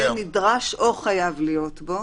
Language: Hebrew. אפשר להציע שזה יהיה "נדרש או חייב להיות בו"